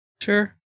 sure